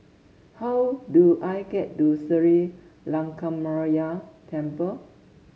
how do I get to Sri Lankaramaya Temple